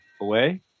away